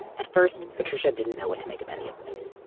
at first, patricia didn't know what to make of any of this.